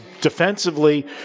defensively